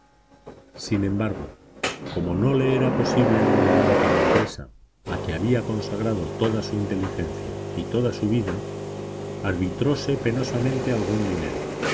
sin embargo como no le era posible abandonar aquella empresa a que había consagrado toda su inteligencia y toda su vida arbitróse penosamente algún dinero